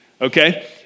okay